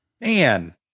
man